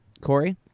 Corey